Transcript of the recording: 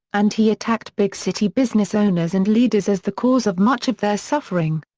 and he attacked big-city business owners and leaders as the cause of much of their suffering.